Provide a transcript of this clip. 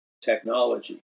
technology